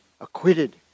acquitted